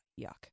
yuck